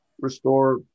restore